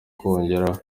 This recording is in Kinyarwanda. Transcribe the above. kongeraho